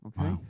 Okay